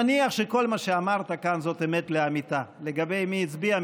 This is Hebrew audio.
נניח שכל מה שאמרת כאן זאת אמת לאמיתה לגבי מי הצביע,